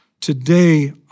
today